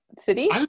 City